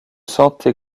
sentez